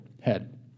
head